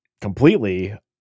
completely